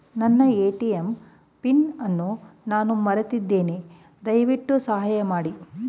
ನನ್ನ ATM PIN ಅನ್ನು ನಾನು ಮರೆತಿದ್ದೇನೆ, ದಯವಿಟ್ಟು ಸಹಾಯ ಮಾಡಿ